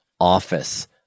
office